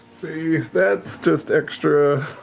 see, that's just extra,